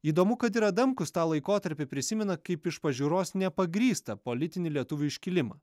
įdomu kad ir adamkus tą laikotarpį prisimena kaip iš pažiūros nepagrįstą politinį lietuvių iškilimą